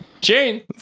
Jane